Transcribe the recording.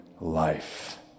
life